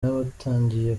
n’abatangiye